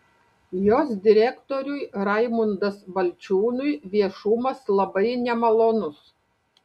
jos direktoriui raimundas balčiūnui viešumas labai nemalonus